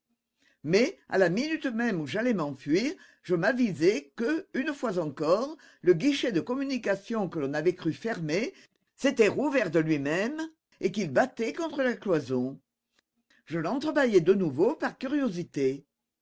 mais à la minute même où j'allais m'enfuir je m'avisai que une fois encore le guichet de communication que l'on avait cru fermer s'était rouvert de lui-même et qu'il battait contre la cloison je lentre bâillai de nouveau par curiosité